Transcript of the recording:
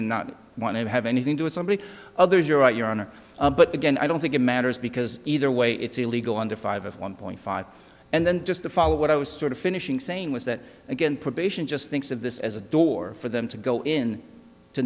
and not want to have anything to it somebody others you're right your honor but again i don't think it matters because either way it's illegal under five of one point five and then just to follow what i was sort of finishing saying was that again probation just thinks of this as a door for them to go in to